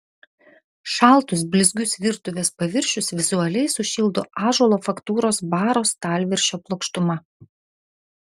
šaltus blizgius virtuvės paviršius vizualiai sušildo ąžuolo faktūros baro stalviršio plokštuma